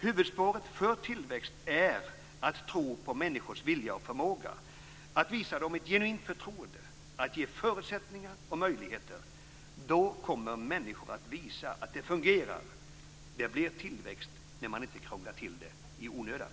Huvudspåret för tillväxt är att tro på människors vilja och förmåga, att visa dem ett genuint förtroende, att ge förutsättningar och möjligheter. Då kommer människor att visa att det fungerar. Det blir tillväxt när man inte krånglar till det i onödan.